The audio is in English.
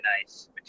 nice